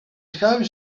scavi